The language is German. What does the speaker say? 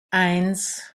eins